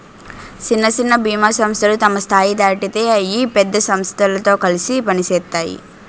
సిన్న సిన్న బీమా సంస్థలు తమ స్థాయి దాటితే అయి పెద్ద సమస్థలతో కలిసి పనిసేత్తాయి